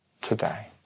today